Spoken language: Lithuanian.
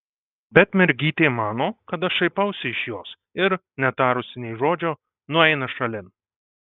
bet mergytė mano kad aš šaipausi iš jos ir netarusi nė žodžio nueina šalin